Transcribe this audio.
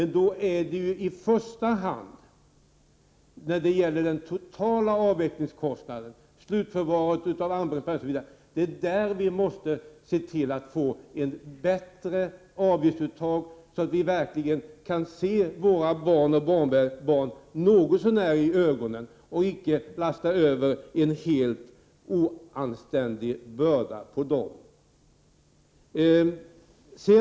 När det gäller den totala avvecklingskostnaden och kostnaden för slutförvaring av använt kärnbränsle måste vi se till att få ett bättre avgiftsuttag, så att vi något så när kan se våra barn och barnbarn i ögonen. Vi får inte lasta över en oanständigt tung börda på dem.